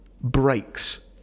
breaks